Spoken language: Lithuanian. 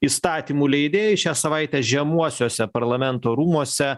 įstatymų leidėjai šią savaitę žemuosiuose parlamento rūmuose